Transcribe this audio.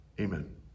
amen